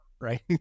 right